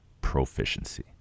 proficiency